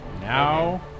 now